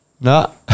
No